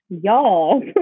y'all